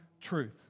truth